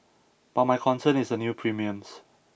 but my concern is the new premiums